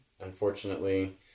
unfortunately